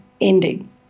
ending